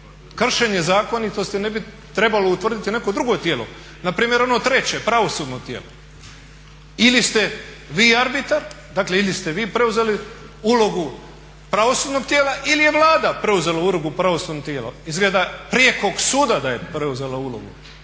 kršenje zakonitosti ne bi trebalo utvrditi neko drugo tijelo, na primjer ono treće, pravosudno tijelo. Ili ste vi arbitar, dakle ili ste vi preuzeli ulogu pravosudnog tijela ili je Vlada preuzela ulogu pravosudnog tijela, izgleda prijekog suda je preuzela ulogu,